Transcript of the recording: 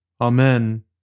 Amen